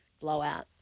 blowout